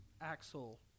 axle